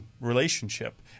relationship